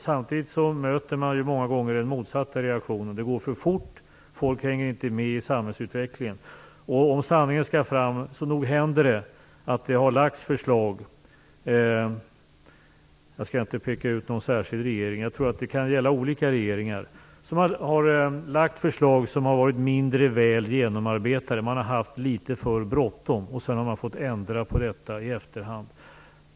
Samtidigt möter man många gånger den motsatta reaktionen. Det går för fort, och folk hänger inte med i samhällsutvecklingen. Om sanningen skall fram vill jag säga att det nog hänt att det lagts fram mindre väl genomarbetade förslag. Jag skall inte peka ut någon särskild regering; jag tror att det kan gälla olika regeringar. Man har haft litet för bråttom och har sedan fått ändra i efterhand.